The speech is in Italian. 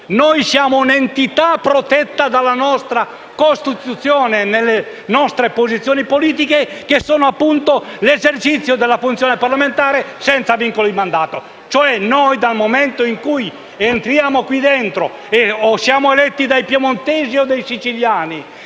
Siamo un'entità protetta dalla nostra Costituzione nelle nostre posizioni politiche, che sono, appunto, espressione dell'esercizio della funzione parlamentare senza vincolo di mandato. Dal momento in cui entriamo qui dentro, a prescindere se siamo eletti dai piemontesi o dai siciliani,